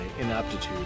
inaptitude